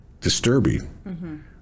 disturbing